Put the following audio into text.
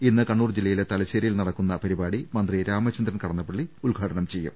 ഇന്ന് കണ്ണൂർ ജില്ല യിലെ തലശ്ശേരിയിൽ നടക്കുന്ന പരിപാടി മന്ത്രി രാമചന്ദ്രൻ കടന്നപ്പളളി ഉദ്ഘാടനം ചെയ്യും